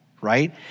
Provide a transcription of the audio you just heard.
right